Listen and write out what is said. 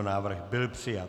Návrh byl přijat.